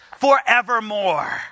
forevermore